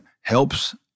helps